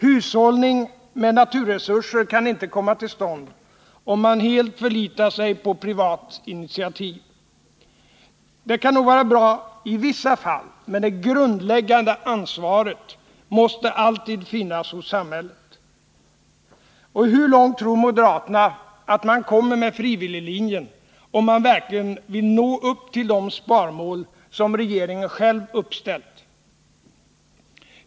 Hushållning med naturresurser kan inte komma till stånd om man helt förlitar sig på privat initiativ. Det kan nog vara bra i vissa fall, men det grundläggande ansvaret måste alltid finnas hos samhället. Och hur långt tror moderaterna att man kommer med frivilliglinjen om man verkligen vill nå upp till de sparmål som regeringen själv uppställt?